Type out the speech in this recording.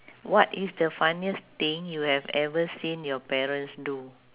what is the funniest thing you have ever seen your parents do